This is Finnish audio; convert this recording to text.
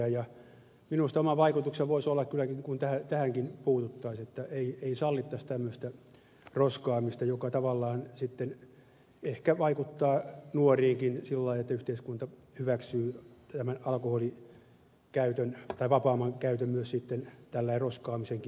minusta oma vaikutuksensa voisi olla kyllä sillä kun tähänkin puututtaisiin että ei sallittaisi tämmöistä roskaamista joka tavallaan sitten ehkä vaikuttaa nuoriinkin sillä tavalla että yhteiskunta hyväksyy alkoholin vapaamman käytön myös näin roskaamisenkin muodossa